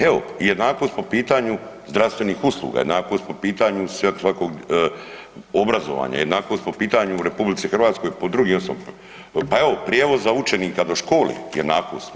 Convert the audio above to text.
Evo jednakost po pitanju zdravstvenih usluga, jednakost po pitanju svakog obrazovanja, jednakost po pitanju u RH po drugim …, pa evo prijevoza učenika do škole jednakost.